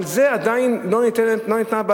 על זה עדיין לא ניתן פתרון,